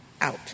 Out